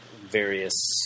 Various